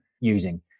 using